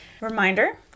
Reminder